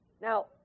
Now